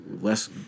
less